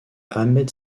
ahmed